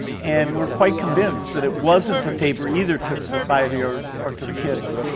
and we're quite convinced that it wasn't a favor either to society or or to the kids.